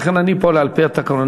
לכן, אני פועל על-פי התקנון.